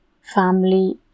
family